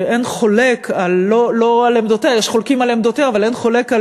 שיש חולקים על עמדותיה אבל אין חולק,